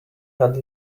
had